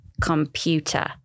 Computer